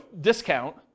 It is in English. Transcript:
discount